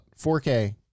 4k